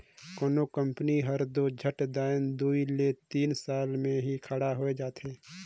कोनो कंपनी हर दो झट दाएन दुई ले तीन साल में ही खड़ा होए जाथे